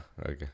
okay